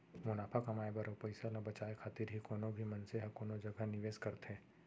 मुनाफा कमाए बर अउ पइसा ल बचाए खातिर ही कोनो भी मनसे ह कोनो जगा निवेस करथे